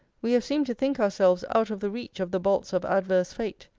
we have seemed to think ourselves out of the reach of the bolts of adverse fate.